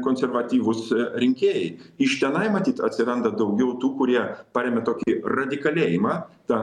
konservatyvūs rinkėjai iš tenai matyt atsiranda daugiau tų kurie paremia tokį radikalėjimą tą